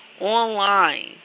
online